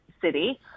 city